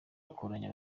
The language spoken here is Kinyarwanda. akoranya